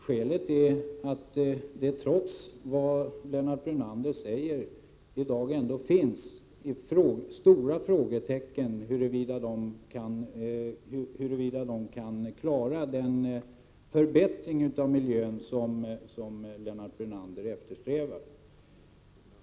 Skälet är att det trots vad Lennart Brunander säger i dag finns stora frågetecken huruvida de kan klara den förbättring av miljön som Lennart Brunander eftersträvar.